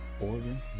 Oregon